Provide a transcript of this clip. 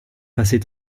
passer